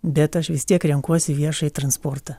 bet aš vis tiek renkuosi viešąjį transportą